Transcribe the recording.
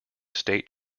state